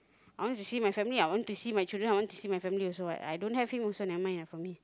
I want to see my family lah I want to see my children lah I want to see my family also what I don't have him also never mind lah for me